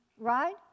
Right